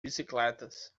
bicicletas